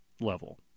level